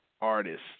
artists